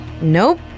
Nope